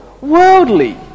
worldly